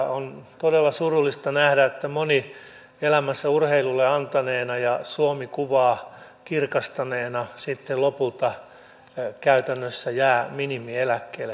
on todella surullista nähdä että moni elämänsä urheilulle antaneena ja suomi kuvaa kirkastaneena sitten lopulta käytännössä jää minimieläkkeelle